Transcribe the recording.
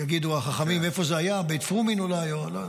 יגידו החכמים איפה זה היה, בית פרומין, אולי?